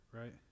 right